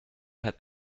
hat